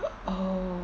oh